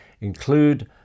Include